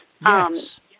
Yes